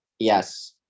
Yes